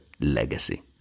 legacy